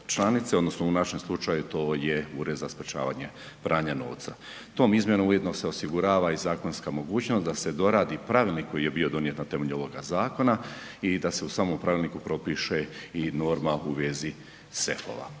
odnosno u našem slučaju to je Ured za sprječavanje pranja novca. Tom izmjenom ujedno se osigurava i zakonska mogućnost da se doradi pravilnik koji je bio donijet na temelju ovoga zakona i da se u samom pravilnikom propiše i norma u vezi sefova.